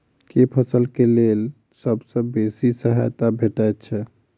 केँ फसल केँ लेल सबसँ बेसी सहायता भेटय छै?